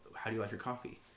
how-do-you-like-your-coffee